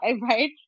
right